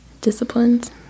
disciplined